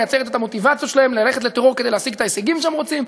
מייצרת את המוטיבציה שלהם ללכת לטרור כדי להשיג את ההישגים שהם רוצים.